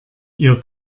ihr